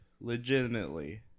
legitimately